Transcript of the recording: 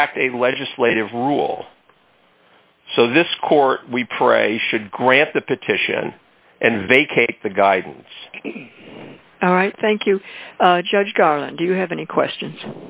fact a legislative rule so this court we pray should grant the petition and vacate the guidance all right thank you judge gunn do you have any questions